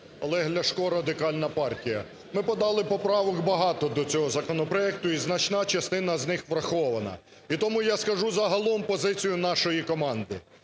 Олег Ляшко, Радикальна партія. Ми подали поправок багато до цього законопроекту. І значна частина з них врахована. І тому я скажу загалом позицію нашої команди: